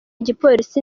igipolisi